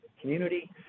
community